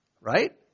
right